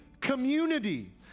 community